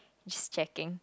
it's checking